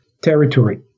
Territory